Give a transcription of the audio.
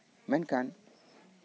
ᱢᱮᱱᱠᱷᱟᱱ